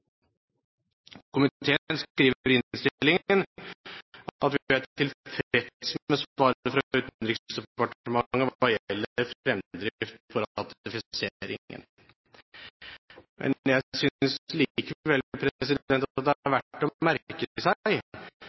Komiteen skriver i innstillingen at vi er tilfreds med svaret fra Utenriksdepartementet hva gjelder fremdrift på ratifiseringen. Men jeg synes likevel det er verd å merke